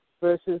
versus